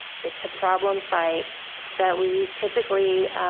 it's a problem site that we typically,